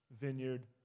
vineyard